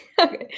okay